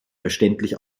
verständlich